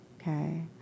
okay